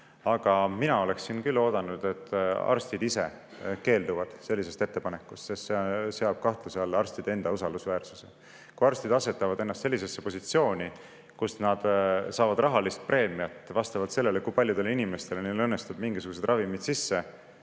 Aga mina oleksin küll oodanud, et arstid ise keelduvad sellisest ettepanekust, sest see seab kahtluse alla arstide usaldusväärsuse. Kui arstid asetavad ennast sellisesse positsiooni, kus nad saavad rahalist preemiat vastavalt sellele, kui paljudele inimestele neil õnnestub mingisuguseid ravimeid sisse